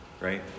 right